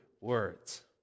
words